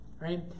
Right